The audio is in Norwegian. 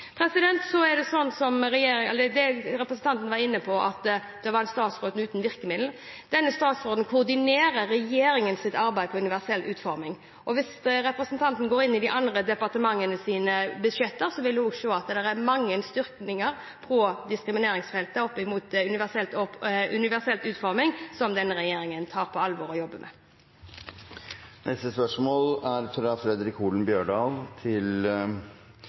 Representanten var inne på at det er en statsråd uten virkemidler. Denne statsråden koordinerer regjeringens arbeid med universell utforming. Hvis representanten går inn i de andre departementenes budsjetter, vil hun se at det er mange styrkninger på diskrimineringsfeltet opp mot universell utforming, som denne regjeringen tar på alvor og jobber med. «Før stortingsvalet lova Høgre og Framstegspartiet krig mot veksten i byråkratiet. Gjer ein opp status etter to og eit halvt år med Høgre–Framstegspartiet-regjering, er